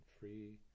free